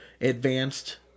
advanced